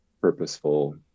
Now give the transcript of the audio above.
purposeful